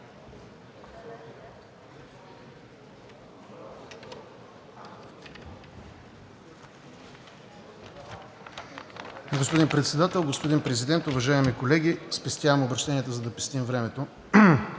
Господин Председател, господин Президент, уважаеми колеги! Спестявам обръщенията, за да пестим времето.